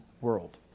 world